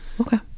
Okay